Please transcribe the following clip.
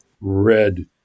red